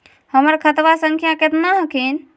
हमर खतवा संख्या केतना हखिन?